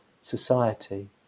society